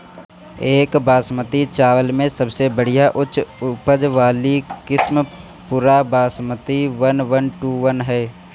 एक बासमती चावल में सबसे बढ़िया उच्च उपज वाली किस्म Pusa Basmati one one two one ह?